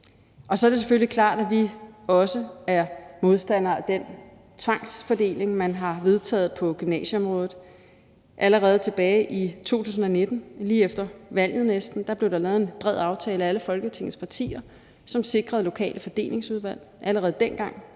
Så er det selvfølgelig klart, at vi også er modstandere af den tvangsfordeling, man har vedtaget på gymnasieområdet. Allerede tilbage i 2019, næsten lige efter valget, blev der lavet en bred aftale mellem alle Folketingets partier, som sikrede lokale fordelingsudvalg. Allerede dengang